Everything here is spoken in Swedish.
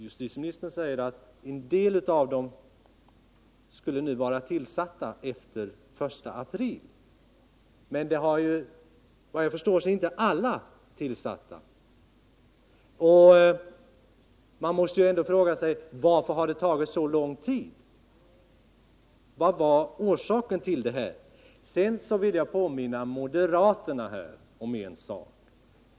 Justitieministern sade att en del av dessa skulle vara tillsatta efter den 1 april, men enligt vad jag förstår har inte alla tjänster tillsatts. Man kan då också fråga sig varför det tagit så lång tid och vad orsaken till detta varit. Sedan vill jag påminna moderaterna om en sak.